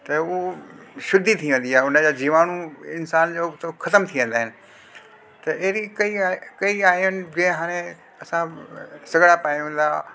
त उहो शुद्धी थी वेंदी आहे उनजो जीवाणू इन्सानु जो खतमु थी वेंदा आहिनि इन अहिड़ी कई आहे कई आहिनि जीअं हाणे असां सगड़ा पायूं था